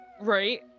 Right